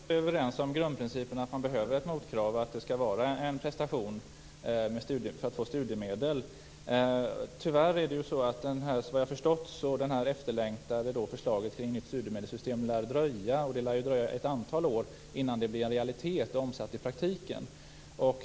Herr talman! Jag tror att vi är överens om grundprincipen, att man behöver ett motkrav och att det skall krävas en prestation för att få studiemedel. Tyvärr har jag förstått att det efterlängtade förslaget om nytt studiemedelssystem lär dröja. Det lär dröja ett antal år innan förslaget blir omsatt i praktiken.